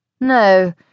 No